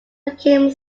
became